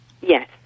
Yes